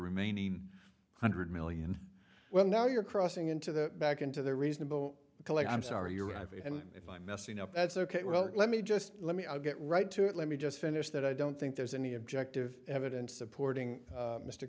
remaining hundred million well now you're crossing into the back into the reasonable collect i'm sorry your i v and if i'm messing up that's ok well let me just let me i'll get right to it let me just finish that i don't think there's any objective evidence supporting